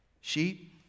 Sheep